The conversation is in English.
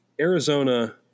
Arizona